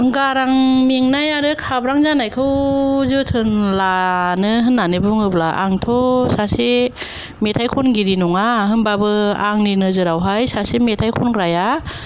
गारां मेंनाय आरो खाब्रां जानायखौ जोथोन लानो होननानै बुङोब्ला आंथ' सासे मेथाइ खनगिरि नङा होमब्लाबो आंनि नोजोरावहाय सासे मेथाइ खनग्राया